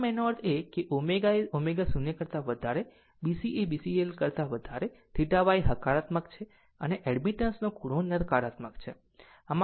આમ એનો અર્થ એ કે ω એ ω0 કરતા વધારે B C એ B L કરતા વધારે θ Y એ હકારાત્મક છે અને એડમિટન્સ નો ખૂણો θ નકારાત્મક હશે